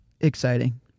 exciting